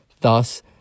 thus